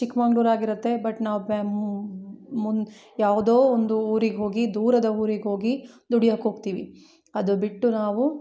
ಚಿಕ್ಕಮಗ್ಳೂರ್ ಆಗಿರುತ್ತೆ ಬಟ್ ನಾವು ಬ್ಯಾ ಮುನ್ನ ಯಾವುದೋ ಒಂದು ಊರಿಗ್ಹೋಗಿ ದೂರದ ಊರಿಗ್ಹೋಗಿ ದುಡಿಯೋಕೋಗ್ತಿವಿ ಅದು ಬಿಟ್ಟು ನಾವು